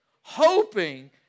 hoping